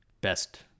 best